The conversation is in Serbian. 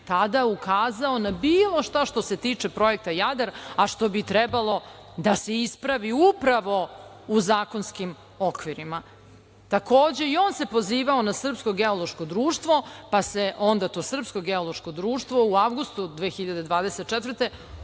tada ukazao na bilo šta što se tiče projekta Jadar, a što bi trebalo da se ispravi upravo u zakonskim okvirima. Takođe, i on se pozivao na Srpsko geološko društvo, pa se onda to Srpsko geološko društvo u avgustu 2024.